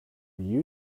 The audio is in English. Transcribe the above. you